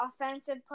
offensive